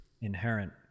inherent